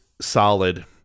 solid